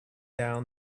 down